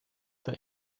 that